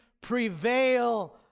prevail